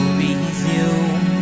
resume